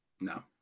No